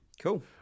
Cool